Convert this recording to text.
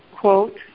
Quote